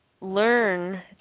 Learn